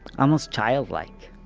almost child-like,